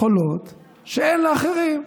יכולות שאין לאחרים,